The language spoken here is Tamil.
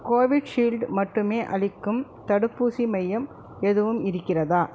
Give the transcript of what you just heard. கோவிஷீல்டு மட்டுமே அளிக்கும் தடுப்பூசி மையம் எதுவும் இருக்கிறதா